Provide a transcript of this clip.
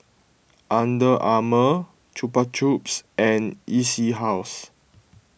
Under Armour Chupa Chups and E C House